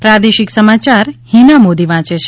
પ્રાદેશિક સમાચાર હીના મોદી વાંચે છે